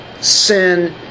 sin